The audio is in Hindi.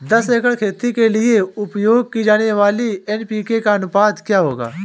दस एकड़ खेती के लिए उपयोग की जाने वाली एन.पी.के का अनुपात क्या होगा?